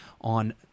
on